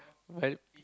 well